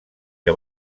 que